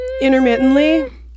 intermittently